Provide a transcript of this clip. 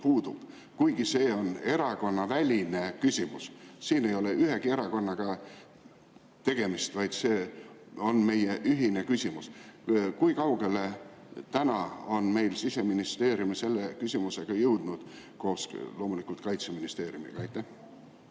kuigi see on erakonnaväline küsimus. Siin ei ole ühegi erakonnaga tegemist, vaid see on meie ühine küsimus. Kui kaugele on meil Siseministeerium selle küsimusega jõudnud, loomulikult koos Kaitseministeeriumiga?